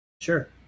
Sure